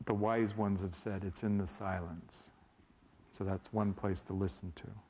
the wise ones have said it's in the silence so that's one place to listen to